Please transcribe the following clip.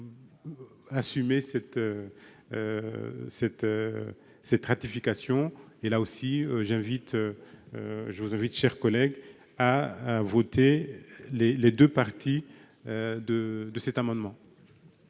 je vous invite à voter les deux parties de cet amendement.